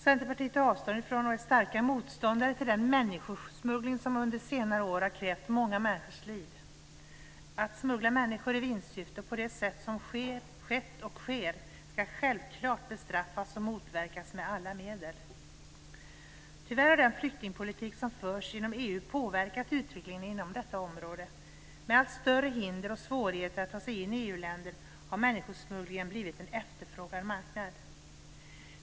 Centerpartister tar avstånd från och är starka motståndare till den människosmuggling som under senare år har krävt många människors liv. Att smuggla människor i vinstsyfte på det sätt som skett och sker ska självklart bestraffas och motverkas med alla medel. Tyvärr har den flyktingpolitik som förs inom EU påverkat utvecklingen inom detta område. I och med allt större hinder och svårigheter att ta sig in i EU länderna har människosmugglingen blivit en efterfrågad marknad.